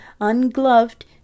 ungloved